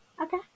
Okay